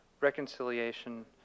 reconciliation